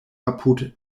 apud